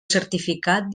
certificat